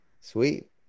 sweet